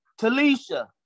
Talisha